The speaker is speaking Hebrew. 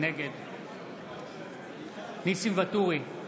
נגד ניסים ואטורי,